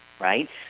right